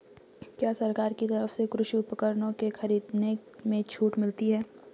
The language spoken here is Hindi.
क्या सरकार की तरफ से कृषि उपकरणों के खरीदने में छूट मिलती है?